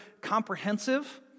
comprehensive